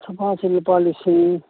ꯁꯣꯐꯥꯁꯦ ꯂꯨꯄꯥ ꯂꯤꯁꯤꯡ